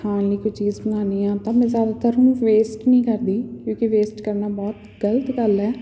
ਖਾਣ ਲਈ ਕੋਈ ਚੀਜ਼ ਬਣਾਉਂਦੀ ਹਾਂ ਤਾਂ ਮੈਂ ਜ਼ਿਆਦਾਤਰ ਉਹਨੂੰ ਵੇਸਟ ਨਹੀਂ ਕਰਦੀ ਕਿਉਂਕਿ ਵੇਸਟ ਕਰਨਾ ਬਹੁਤ ਗਲਤ ਗੱਲ ਹੈ